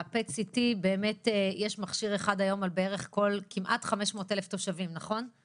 ב-PET CT יש מכשיר אחד על בערך 500,000 תושבים או